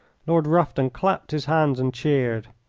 lord rufton clapped his hands and cheered.